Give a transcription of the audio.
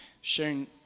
sharing